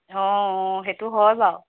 অঁ অঁ অঁ সেইটো হয় বাৰু